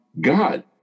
God